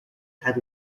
had